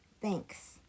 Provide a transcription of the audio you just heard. thanks